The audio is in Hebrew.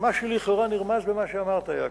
שמה שלכאורה נרמז במה שאמרת, יעקב,